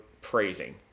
praising